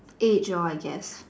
age oh I guess